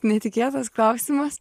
netikėtas klausimas